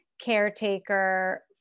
caretaker